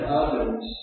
others